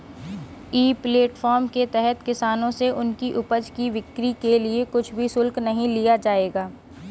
ई platform के तहत किसानों से उनकी उपज की बिक्री के लिए कुछ भी शुल्क नहीं लिया जाएगा